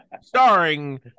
Starring